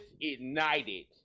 ignited